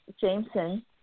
Jameson